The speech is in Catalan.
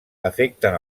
afecten